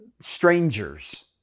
strangers